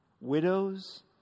Widows